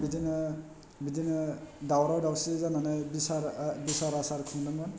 बिदिनो बिदिनो दावराव दावसि जानानै बिसार बिसार आसार खुंदोंमोन